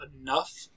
enough